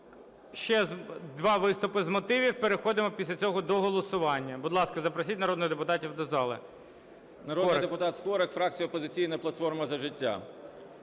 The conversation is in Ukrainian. Ще два виступи з мотивів, і переходимо після цього до голосування. Будь ласка, запросіть народних депутатів до зали. Скорик. 11:41:30 СКОРИК М.Л. Народний депутат Скорик, фракція "Опозиційна платформа - За життя".